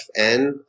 FN